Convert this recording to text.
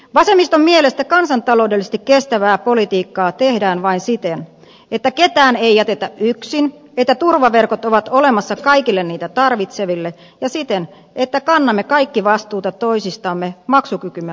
vasemmiston mielestä kansantaloudellisesti kestävää politiikkaa tehdään vain siten että ketään ei jätetä yksin että turvaverkot ovat olemassa kaikille niitä tarvitseville ja siten että kannamme kaikki vastuuta toisistamme maksukykymme mukaisesti